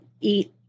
eat